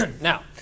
Now